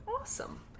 Awesome